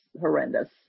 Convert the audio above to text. horrendous